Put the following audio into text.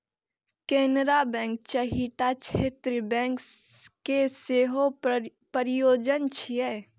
Canara bank चारिटा क्षेत्रीय bank के सेहो प्रायोजक छियै